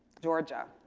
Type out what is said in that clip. georgia.